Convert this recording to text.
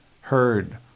heard